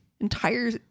entire